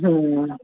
ਹੁੰ